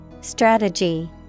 Strategy